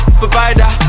provider